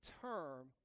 term